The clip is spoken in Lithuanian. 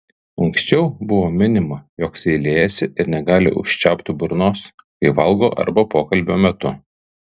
anksčiau buvo minima jog seilėjasi ir negali užčiaupti burnos kai valgo arba pokalbio metu